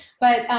but,